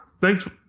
Thanks